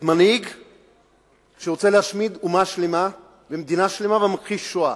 מנהיג שרוצה להשמיד אומה שלמה ומדינה שלמה ומכחיש שואה?